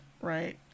Right